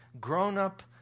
grown-up